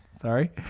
Sorry